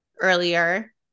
earlier